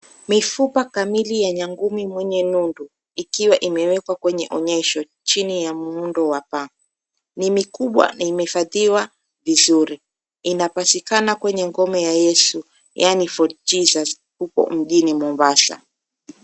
Mifupa kamili ya nyangumi mwenye nundu ikiwa imewekwa kwenye onyesho chini ya muundo wa paa. Ni mikubwa na imehifadhiwa vizuri inapatikana kwenye ngome ya Yesu yaani Fort Jesus huko mjini Mombasa.